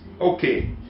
Okay